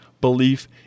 belief